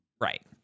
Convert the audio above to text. Right